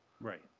Right